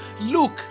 look